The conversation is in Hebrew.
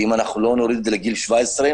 ואם לא נוריד את זה לגיל 17,